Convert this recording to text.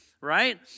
right